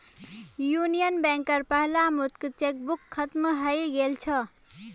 union बैंकेर पहला मुक्त चेकबुक खत्म हइ गेल छ